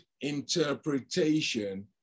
interpretation